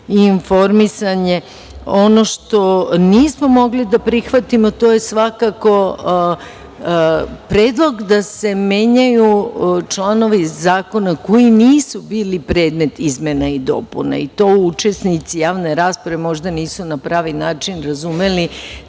i informisanje. Ono što nismo mogli da prihvatimo to je svakako predlog da se menjaju članovi zakona koji nisu bili predmet izmena i dopuna i to učesnici javne rasprave možda nisu na pravi način razumeli.